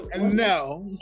No